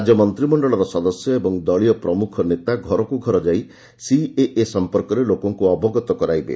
ରାଜ୍ୟ ମନ୍ତ୍ରିମଣ୍ଡଳର ସଦସ୍ୟ ଏବଂ ଦଳୀୟ ପ୍ରମ୍ରଖ ନେତା ଘରକ୍ ଘର ସାଇ ସିଏଏ ସମ୍ପର୍କରେ ଲୋକଙ୍କ ଅବଗତ କରାଇବେ